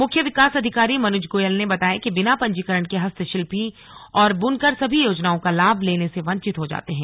मुख्य विकास अधिकारी मनुज गोयल ने बताया कि बिना पंजीकरण के हस्तशिल्पी और बुनकर सभी योजनाओं का लाभ लेने से वंचित हो जाते हैं